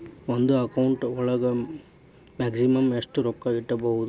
ಒಂದು ಅಕೌಂಟ್ ಒಳಗ ಮ್ಯಾಕ್ಸಿಮಮ್ ಎಷ್ಟು ರೊಕ್ಕ ಇಟ್ಕೋಬಹುದು?